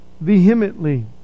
vehemently